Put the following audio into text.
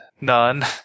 none